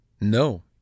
No